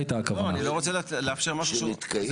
לא, אני לא רוצה לאפשר משהו שהוא מעוות.